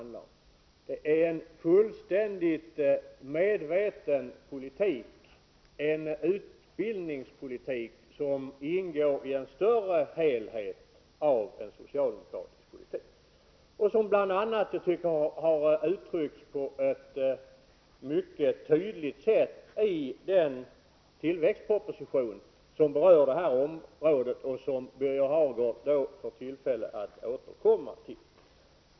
Det är en fullständigt medveten politik, en utbildningspolitik som ingår i en större helhet i en socialdemokratisk politik och som bl.a. har uttryckts på ett mycket tydligt sätt i den tillväxtproposition som berör detta område och som Birger Hagård får tillfälle att återkomma till.